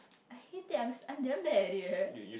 I hate it I I'm damn bad at it leh